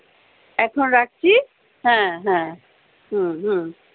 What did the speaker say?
এখন রাখি হ্যাঁ হ্যাঁ হুম হুম